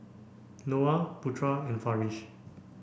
Noah Putra and Farish